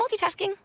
multitasking